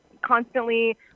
constantly